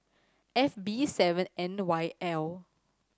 F B seven N Y L